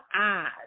eyes